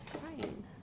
crying